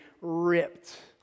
ripped